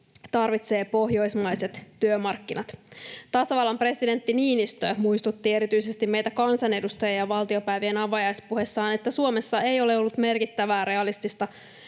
tarvitsee pohjoismaiset työmarkkinat. Tasavallan presidentti Niinistö muistutti erityisesti meitä kansanedustajia valtiopäivien avajaispuheessaan, että Suomessa ei ole ollut merkittävää reaalista